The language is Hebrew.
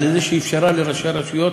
על-ידי זה שאפשרו לראשי הרשויות,